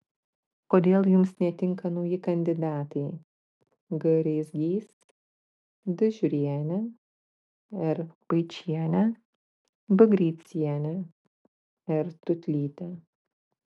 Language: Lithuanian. kodėl jums netinka nauji kandidatai g reisgys d žiurienė r paičienė b greicienė r tūtlytė